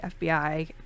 FBI